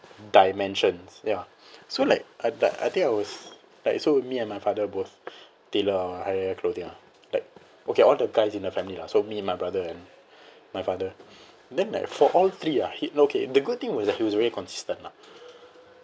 dimensions ya so like I I think I was like so me and my father both tailor our hari raya clothing ah like okay all the guys in the family lah so me my brother and my father then like for all three ah he okay the good thing was that he was very consistent lah